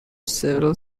several